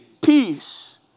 Peace